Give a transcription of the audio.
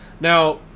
now